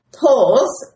pause